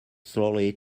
slowly